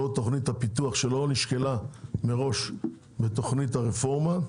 לאור תוכנית הפיתוח שלא נשקלה מראש בתוכנית הרפורמה.